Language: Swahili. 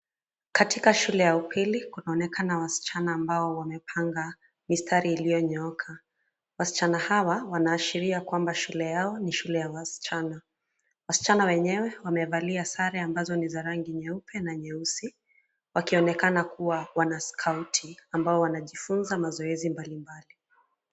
Katika shule ya upili kunaonekana wasichana ambao wamepanga mistari iliyonyooka. Wasichana hawa wanaashiria kwamba shule yao ni shule ya wasichana. Wasichana wenyewe wamevalia sare ambazo ni za rangi nyeupe na nyeusi wakionekana kua wanaskauti ambao wanajifunza mazoezi mbalimbali.